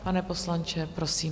Pane poslanče, prosím.